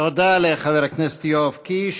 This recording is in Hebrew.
תודה לחבר הכנסת יואב קיש.